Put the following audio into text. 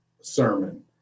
Sermon